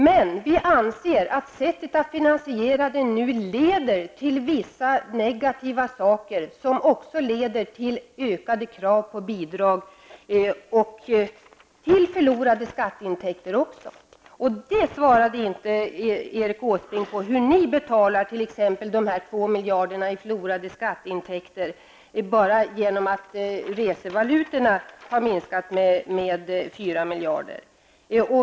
Men sättet att finansiera den på leder till vissa negativa effekter som också leder till ökade krav på bidrag och även till förlorade skatteintäkter. Erik Åsbrink svarade minsann inte på hur ni socialdemokrater finansierar de två miljarderna i förlorade skatteintäkter, annat än att resevalutorna minskar med 4 miljarder.